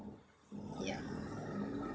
ya